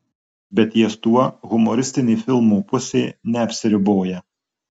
bet ties tuo humoristinė filmo pusė neapsiriboja